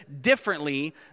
differently